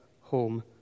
home